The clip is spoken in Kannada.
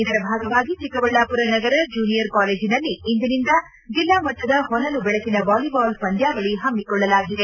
ಇದರ ಭಾಗವಾಗಿ ಚಿಕ್ಕಬಳ್ಳಾಮರ ನಗರ ಜೂನಿಯರ್ ಕಾಲೇಜಿನಲ್ಲಿ ಇಂದಿನಿಂದ ಜಿಲ್ಲಾ ಮಟ್ಟದ ಹೊನಲು ಬೆಳಕಿನ ವಾಲಿಬಾಲ್ ಪಂದ್ಕಾವಳಿ ಹಮ್ಮಿಕೊಂಡಿದೆ